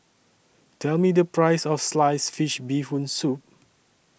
Tell Me The Price of Sliced Fish Bee Hoon Soup